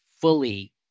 fully